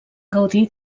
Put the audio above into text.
gaudir